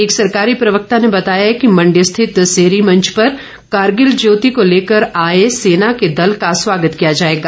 एक सरकारी प्रवक्ता ने बताया कि मण्डी स्थित सेरी मंच पर कारगिल ज्योति को लेकर आए सेना के दल का स्वागत किया जाएगा